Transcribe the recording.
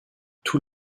tous